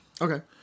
Okay